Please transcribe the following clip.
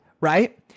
right